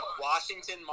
Washington